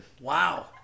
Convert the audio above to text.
Wow